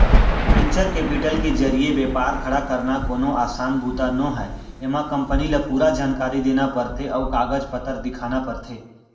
venture capital के जरिए बेपार खड़ा करना कोनो असान बूता नोहय एमा कंपनी ल पूरा जानकारी देना परथे अउ कागज पतर दिखाना परथे